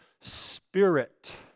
Spirit